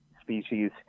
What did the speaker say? species